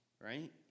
right